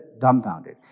dumbfounded